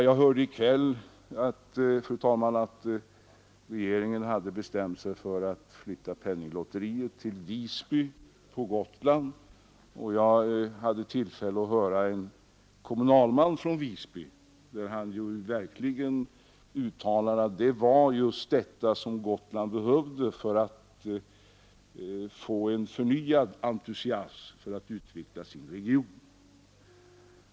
Jag hörde i kväll att regeringen har bestämt sig för att flytta penninglotteriet till Visby, och jag har också hört en kommunalman från Visby uttala att det var just vad Gotland behövde för att skapa förnyad entusiasm för en utvidgning av sysselsättningsmöjligheterna i regionen.